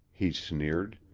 he sneered.